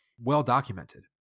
well-documented